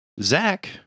Zach